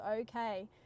okay